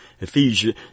Ephesians